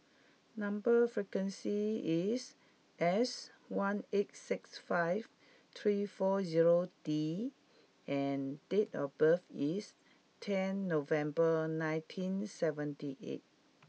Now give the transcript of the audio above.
number sequence is S one eight six five three four zero D and date of birth is ten November nineteen seventy eight